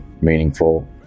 meaningful